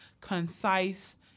concise